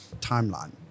timeline